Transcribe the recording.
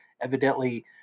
evidently